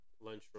lunchroom